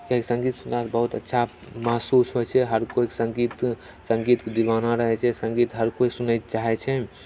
किआकि सङ्गीत सुनला से बहुत अच्छा महसूस होइत छै हर केओ सङ्गीत सङ्गीतके दिबाना रहैत छै सङ्गीत हर केओ सुनैके चाहैत छै